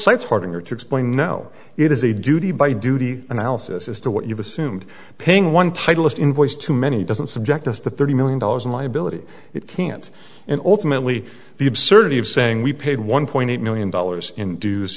cites harder to explain no it is a duty by duty analysis as to what you've assumed paying one title of the invoice to many doesn't subject us to thirty million dollars in liability it can't and ultimately the absurdity of saying we paid one point eight million dollars in dues